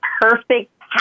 perfect